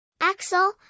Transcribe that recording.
Axel